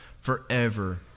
forever